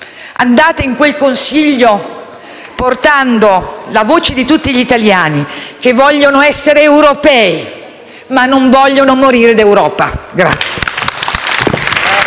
andate in quel Consiglio portando la voce di tutti gli italiani che vogliono essere europei, ma che non vogliono morire d'Europa.